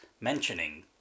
mentioning